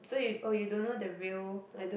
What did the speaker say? so you oh you don't know the real